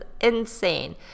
insane